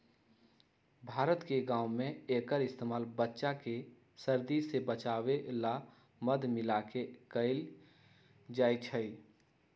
भारत के गाँव में एक्कर इस्तेमाल बच्चा के सर्दी से बचावे ला मध मिलाके कएल जाई छई